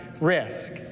risk